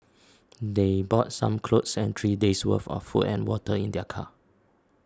they brought some clothes and three days' worth of food and water in their car